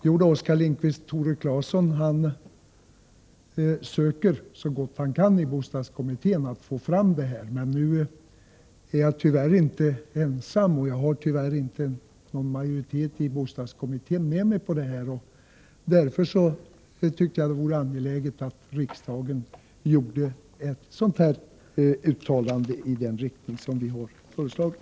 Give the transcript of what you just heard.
Jo då, Oskar Lindkvist, Tore Claeson söker så gott han kan i bostadskommittén att få fram sådana här förslag. Jag är tyvärr inte ensam i bostadskommittén, och jag har tyvärr inte någon majoritet med mig om detta. Därför tyckte jag att det vore angeläget att riksdagen gjorde ett sådant här uttalande i den riktning som vi har föreslagit.